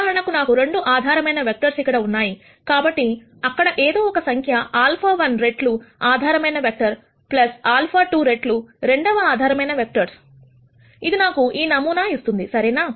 ఉదాహరణకు నాకు 2 ఆధారమైన వెక్టర్స్ ఇక్కడ ఉన్నాయి కాబట్టి అక్కడ ఏదో ఒక సంఖ్య α1 రెట్లు ఆధారమైన వెక్టర్ α2 రెట్లు రెండవ ఆధారమైన వెక్టర్స్ఇది నాకు ఈ నమూనాను ఇస్తుంది సరేనా